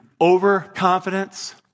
overconfidence